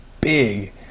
big